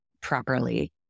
properly